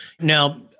Now